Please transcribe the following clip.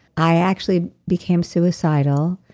i actually became suicidal.